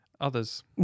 Others